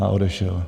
A odešel.